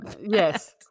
yes